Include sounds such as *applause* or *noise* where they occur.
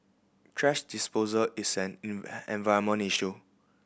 thrash disposal is an *unintelligible* issue